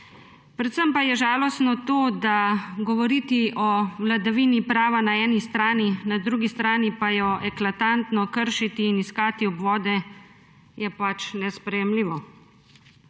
Predvsem pa je žalostno govoriti o vladavini prava na eni strani, na drugi strani pa jo eklatantno kršiti in iskati obvode, kar je nesprejemljivo.